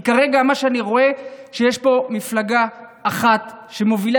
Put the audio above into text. כי כרגע מה שאני רואה הוא שיש פה מפלגה אחת שמובילה